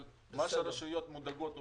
אבל הרשויות המקומיות מודאגות,